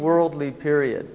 worldly period